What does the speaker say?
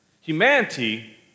Humanity